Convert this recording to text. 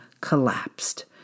collapsed